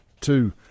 two